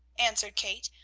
answered kate,